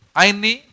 aini